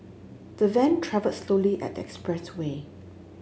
the van travelled slowly on the expressway